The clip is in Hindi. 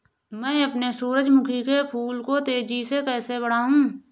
मैं अपने सूरजमुखी के फूल को तेजी से कैसे बढाऊं?